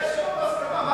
יש היום הסכמה.